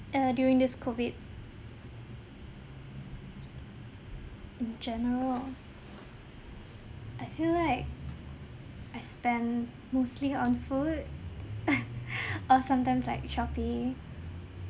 err during this COVID in general I feel like I spend mostly on food or sometimes like shopee